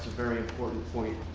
very important point.